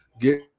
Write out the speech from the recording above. get